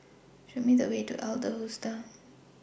Show Me The Way to Adler Hostel